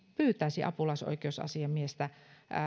pyytäisi apulaisoikeusasiamiestä